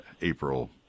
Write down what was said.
April